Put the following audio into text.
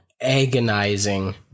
agonizing